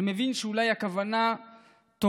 אני מבין שאולי הכוונה טובה,